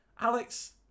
Alex